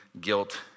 guilt